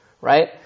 right